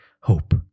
hope